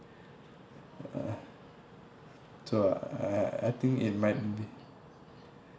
ah so I I think it might be